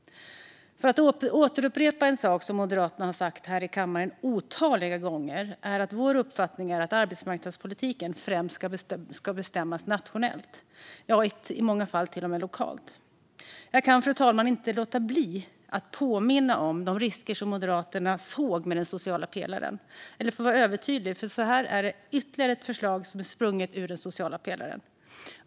Låt mig upprepa en sak som Moderaterna sagt otaliga gånger i denna kammare. Vår uppfattning är att arbetsmarknadspolitiken främst ska bestämmas nationellt, i många fall till och med lokalt. Jag kan, fru talman, inte låta bli att ändå påminna om de risker som Moderaterna såg med den sociala pelaren. Om jag får vara övertydlig: Detta är ytterligare ett förslag som är sprunget ur den sociala pelaren.